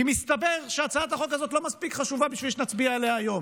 כי מסתבר שהצעת החוק הזאת לא מספיק חשובה בשביל שנצביע עליה היום.